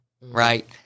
right